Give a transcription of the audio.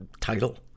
title